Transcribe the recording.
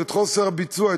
את חוסר הביצוע,